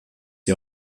die